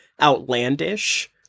outlandish